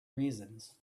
reasons